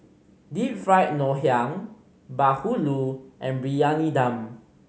Deep Fried Ngoh Hiang bahulu and Briyani Dum